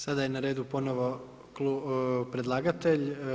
Sada je na redu ponovo predlagatelj.